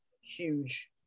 huge